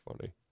funny